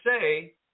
say